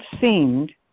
seemed